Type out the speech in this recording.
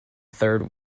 third